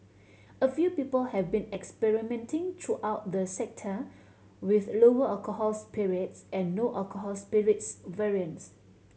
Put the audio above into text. a few people have been experimenting throughout the sector with lower alcohol spirits and no alcohol spirits variants